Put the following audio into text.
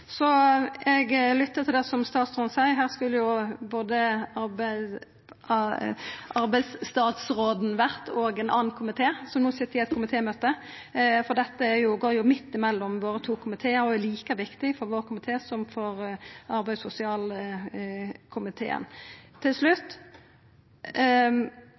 Eg har lytta til det som statsråden seier. Her skulle både arbeidsstatsråden og ein annen komité, som no sit i eit komitémøte, vore, for dette går jo midt imellom våre to komitear og er like viktig for vår komité som for arbeids- og sosialkomiteen. Til